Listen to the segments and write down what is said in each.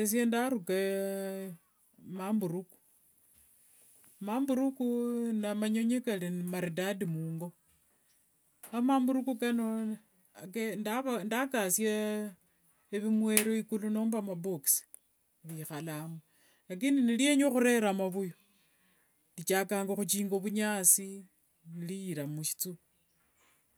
Esye ndaruka mamburuku, mamburuku na manyonyi kari nde maridadi mungo, kho mamburuku kano ndakasia vimwero akulu nomba mabox ekhalangao, lakini nirienya khurera mavuyu richakanga khuchinga vunyasi niriira mushithuru.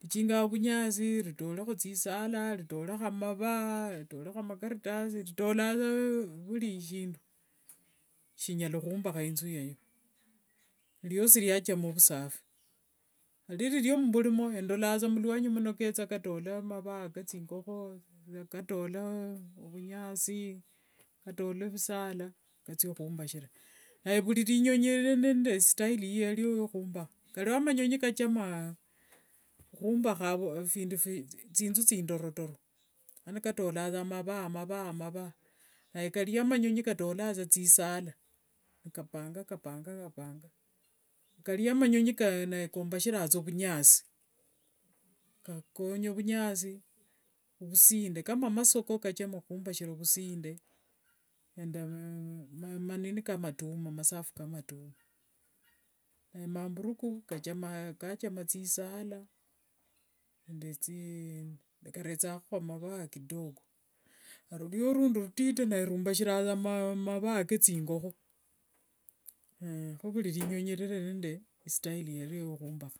Richinganga vunyasi ritolekho thisala, ritolekho amava, ritolekho amakaratasi, ritolanga saa vuri shindu shinyala khumbakha inzu yayo. Riosi riachama vusafi, niriri ryo muvurimo ndolanga saa muluanyi muno ketha katola, mava kathingokho, katola vunyasi, katola visala nikathia khumbashira. Naye vuri rinyonyo riri nde style yario riokhumbakha, kario manyonyi kachama khumbakha thinzu thindorotoro, mana katolanga saa mava, mava, mava, naye kario manyonyi katolanga saa thisala, nikapanga nikapanga, kario saa manyonyi naye kombakhiranga saa vunyasi, kakonya vunyasi ovusinde kama masogo kachama khumbashira masinde nde masafu kamatumwa, nemamburuku kachama thisala nikarethangakhomo mava kidogo, aya ruriwo rundi rutiti narwo rumbakhiranga saa mumavaa kethingokho, kho vuri rinyonyi riri nde style yario yakhumbakha.